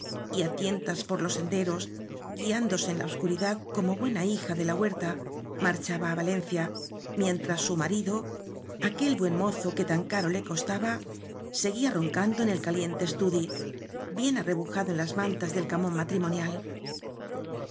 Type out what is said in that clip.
y á tientas por los sende ros guiándose en la obscuridad como buena hija déla huerta marchaba á valencia mientras su marido aquel buen mozo que tan caro le costaba seguía roncando en el caliente estudi bien arre bujado en las mantas del camón matrimonial